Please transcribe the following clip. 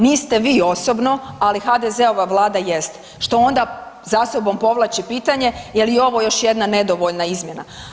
Niste vi osobno, ali HDZ-ova Vlada jest što onda za sobom povlači pitanje je li ovo još jedna nedovoljna izmjena.